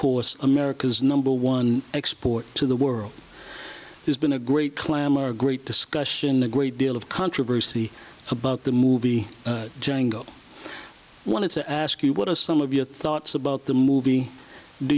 course america's number one export to the world has been a great clamor great discussion a great deal of controversy about the movie django i wanted to ask you what are some of your thoughts about the movie do